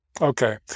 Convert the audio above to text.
Okay